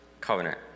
covenant